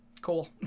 Cool